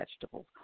vegetables